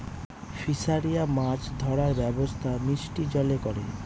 ফিসারিরা মাছ ধরার ব্যবসা মিষ্টি জলে করে